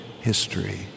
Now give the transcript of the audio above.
history